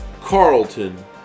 Carlton